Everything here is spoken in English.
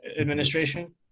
administration